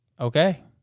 okay